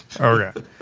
Okay